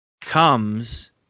comes